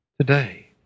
today